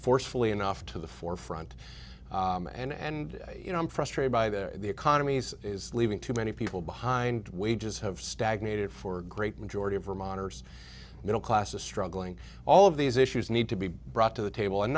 forcefully enough to the forefront and you know i'm frustrated by their economies is leaving too many people behind wages have stagnated for a great majority of or monitors middle class a struggling all of these issues need to be brought to the table and